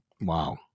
wow